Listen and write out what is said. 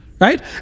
Right